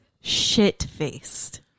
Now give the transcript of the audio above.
shit-faced